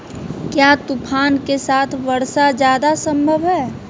क्या तूफ़ान के साथ वर्षा जायदा संभव है?